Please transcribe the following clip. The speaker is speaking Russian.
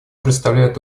представляет